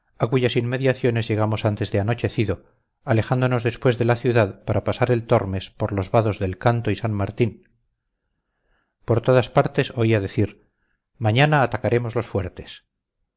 a cuyas inmediaciones llegamos antes de anochecido alejándonos después de la ciudad para pasar el tormes por los vados del canto y san martín por todas partes oía decir mañana atacaremos los fuertes